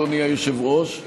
אדוני היושב-ראש,